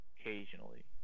occasionally